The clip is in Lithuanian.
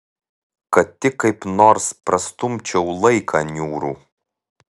kad tik kaip nors prastumčiau laiką niūrų